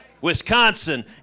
Wisconsin